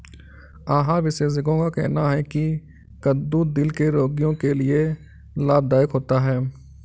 आहार विशेषज्ञों का कहना है की कद्दू दिल के रोगियों के लिए लाभदायक होता है